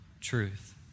truth